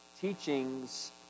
teachings